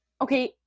Okay